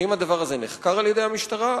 האם הדבר הזה נחקר על-ידי המשטרה?